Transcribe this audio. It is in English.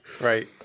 Right